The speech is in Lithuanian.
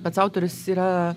pats autorius yra